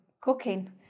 cooking